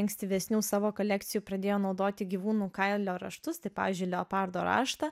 ankstyvesnių savo kolekcijų pradėjo naudoti gyvūnų kailio raštus tai pavyzdžiui leopardo raštą